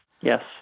Yes